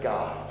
God